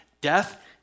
death